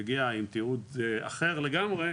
מגיע עם תיעוד אחר לגמרי,